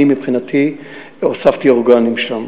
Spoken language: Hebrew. אני מבחינתי הוספתי אורגנים שם,